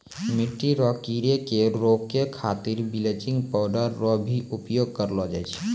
मिट्टी रो कीड़े के रोकै खातीर बिलेचिंग पाउडर रो भी उपयोग करलो जाय छै